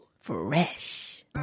fresh